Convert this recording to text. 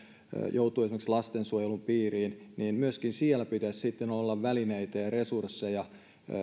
joutuu esimerkiksi lastensuojelun piiriin ja myöskin siellä pitäisi sitten olla välineitä ja resursseja